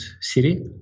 city